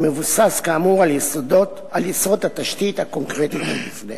המבוסס כאמור על יסוד התשתית הקונקרטית שבפניהם.